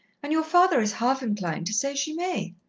and your father is half inclined to say she may.